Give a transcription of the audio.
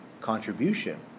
contribution